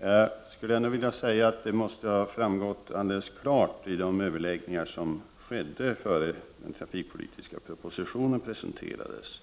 Jag skulle ändå vilja säga att det måste ha framgått alldeles klart av de överläggningar som fördes när den trafikpolitiska propositionen presenterades,